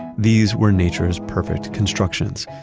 these were nature's perfect constructions.